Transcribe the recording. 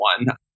one